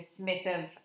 dismissive